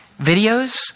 Videos